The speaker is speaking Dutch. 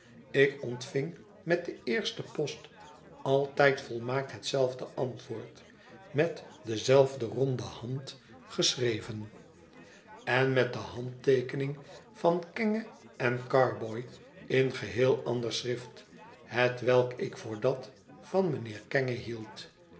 ik ontving met de eerste post altijd volmaakt hetzelfde antwoord met dezelfde ronde hand geschreven en met de hand teekening van kenge en carboy in geheel ander schrift hetwelk ik voor dat van mijnheer kenge hield